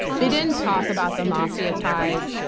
they didn't talk about the mafia ties,